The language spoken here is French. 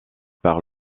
par